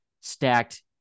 stacked